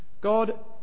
God